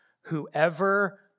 Whoever